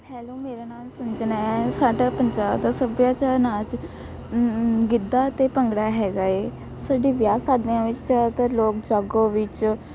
hello ਮੇਰਾ ਨਾਮ ਸੰਜਨਾ ਹੈ ਸਾਡਾ ਪੰਜਾਬ ਦਾ ਸੱਭਿਆਚਾਰ ਨਾਚ ਗਿੱਧਾ ਅਤੇ ਭੰਗੜਾ ਹੈਗਾ ਏ ਸਾਡੇ ਵਿਆਹ ਸ਼ਾਦੀਆਂ ਵਿੱਚ ਜ਼ਿਆਦਾਤਰ ਲੋਕ ਜਾਗੋ ਵਿੱਚ